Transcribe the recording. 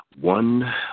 one